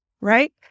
right